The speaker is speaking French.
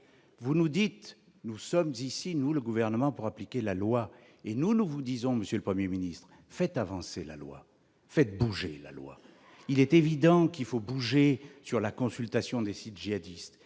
Vous nous dites :« Nous sommes ici, nous, le Gouvernement, pour appliquer la loi ». Et nous, nous vous disons, monsieur le Premier ministre :« Faites avancer la loi, faites bouger la loi !». Il est évident qu'il faut bouger sur la consultation des sites djihadistes